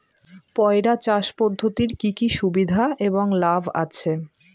পয়রা চাষ পদ্ধতির কি কি সুবিধা এবং লাভ আছে?